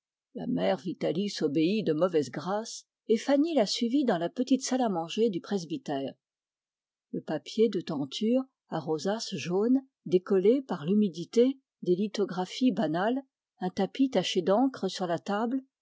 la mère vitalis obéit de mauvaise grâce et fanny la suivit dans la petite salle à manger du presbytère le papier de tenture à rosaces jaunes décollé par l'humidité des lithographies banales un tapis taché d'encre sur la table